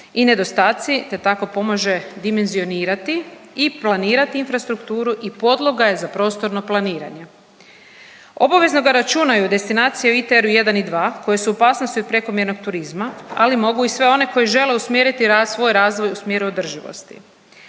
i nedostaci te tako pomaže dimenzionirati i planirati infrastrukturu i podloga je za prostorno planiranje. Obavezno ga računaju destinacije u ITR-u 1 i 2 koje su u opasnosti od prekomjernog turizma, ali mogu i sve one koje žele usmjeriti rast, svoj razvoj u smjeru održivosti.